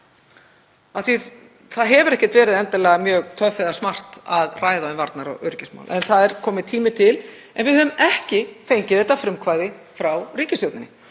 þá hefur ekkert verið endilega mjög töff eða smart að ræða um varnar- og öryggismál en það er kominn tími til. En við höfum ekki fengið þetta frumkvæði frá ríkisstjórninni.